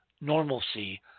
normalcy